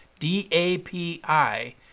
DAPI